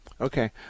Okay